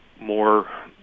more